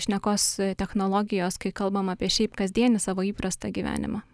šnekos technologijos kai kalbam apie šiaip kasdienį savo įprastą gyvenimą